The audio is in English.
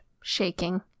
shaking